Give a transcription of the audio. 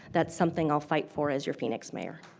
that's something i'll fight for as your phoenix mayor.